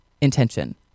intention